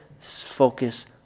focus